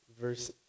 verse